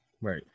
Right